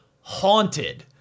haunted